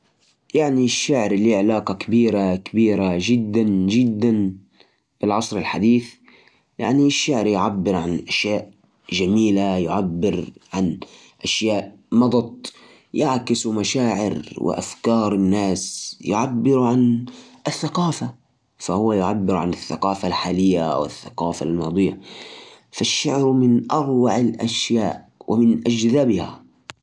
نعم، أعتقد أن الشعر له صلة كبيرة بالعصر الحديث. الشعر يعبر عن مشاعر الناس وتجاربهم في الوقت الحالي. ويعكس قضايا المجتمع، مثل الحب والحرية والعدالة. ومع تطور الأساليب الشعرية، أصبح الشعر أيضاً يستخدم في الثنون الحديثة. مثل الأغاني والمسرحيات. وهذا بيخليه جزء من العصر الحديث.